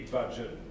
budget